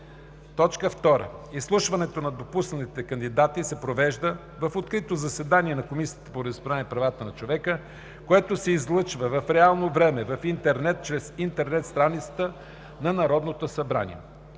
2. Изслушването на допуснатите кандидати се провежда в открито заседание на Комисията по вероизповеданията и правата на човека, което се излъчва в реално време в интернет чрез интернет страницата на Народното събрание.